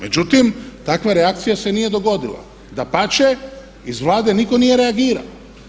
Međutim, takva reakcija se nije dogodila, dapače iz Vlade nitko nije reagirao.